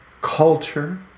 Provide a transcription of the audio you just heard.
culture